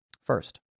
First